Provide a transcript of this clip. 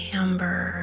amber